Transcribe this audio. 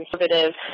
conservative